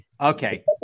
Okay